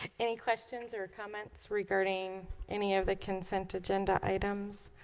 any questions or comments regarding any of the consent agenda items